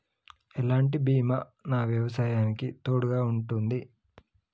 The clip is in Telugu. ఎలాంటి బీమా నా వ్యవసాయానికి తోడుగా ఉంటుంది?